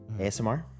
ASMR